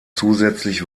zusätzlich